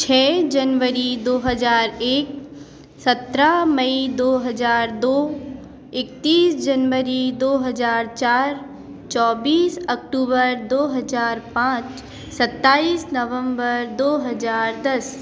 छ जनवरी दो हज़ार एक सत्रह मई दो हज़ार दो इकतीस जनवरी दो हज़ार चार चौबीस अक्टूबर दो हज़ार पांच सत्ताईस नवम्बर दो हज़ार दस